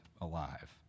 alive